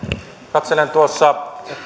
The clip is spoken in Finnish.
katselen tuossa